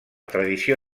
tradició